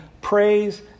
praise